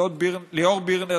ליאור בירגר,